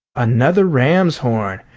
another ram's horn!